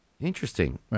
Interesting